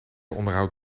onderhoud